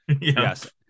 Yes